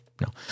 no